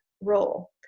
role